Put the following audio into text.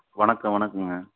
வணக்கம் வணக்கங்க